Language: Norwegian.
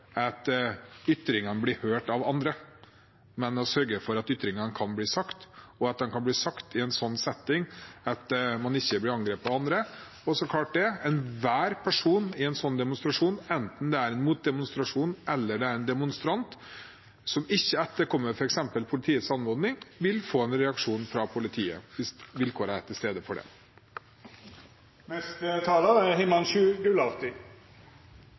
at ytringene blir hørt av andre, men sørge for at ytringene kan bli sagt, og at de kan bli sagt i en slik setting at en ikke blir angrepet av andre. Og enhver person i en slik demonstrasjon – enten det er en motdemonstrant eller en demonstrant – som ikke etterkommer f.eks. politiets anmodning, vil få en reaksjon fra politiet hvis vilkårene for det er til stede. Jeg vil gjerne takke min gode kollega representanten Erlend Wiborg for